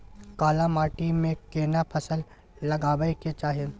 काला माटी में केना फसल लगाबै के चाही?